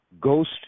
ghost